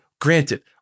granted